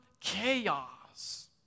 chaos